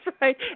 right